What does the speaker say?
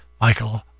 Michael